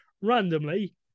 randomly